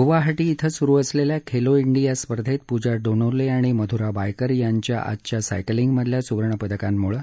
गुवाहाटी बिं सुरु असलेल्या खेलो डिया स्पर्धेत पूजा डोनोले आणि मधुरा वायकर यांच्या आजच्या सायकलिंगमधल्या सुवर्णपदकांमुळे